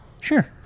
sure